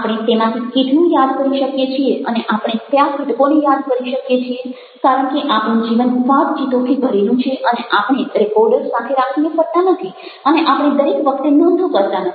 આપણે તેમાંથી કેટલું યાદ કરી શકીએ છીએ અને આપણે કયા ઘટકોને યાદ કરી શકીએ છીએ કારણ કે આપણું જીવન વાતચીતોથી ભરેલું છે અને આપણે રેકોર્ડર સાથે રાખીને ફરતા નથી અને આપણે દરેક વખતે નોંધો કરતા નથી